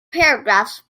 paragraphs